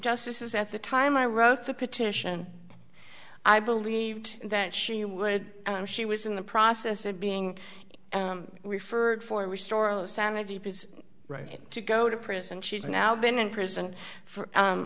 justice is at the time i wrote the petition i believed that she would she was in the process of being referred for restore of the sanity of his right to go to prison she's now been in prison for